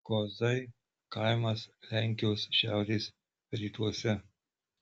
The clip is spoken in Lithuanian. kozai kaimas lenkijos šiaurės rytuose